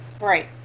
right